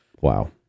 Wow